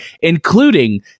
including